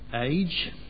age